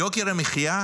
יוקר המחיה,